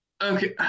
okay